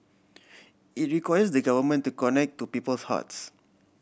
it requires the Government to connect to people's hearts